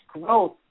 growth